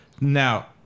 now